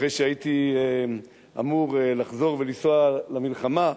אחרי שהייתי אמור לחזור ולנסוע למלחמה,